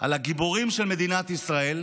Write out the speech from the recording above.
על הגיבורים של מדינת ישראל,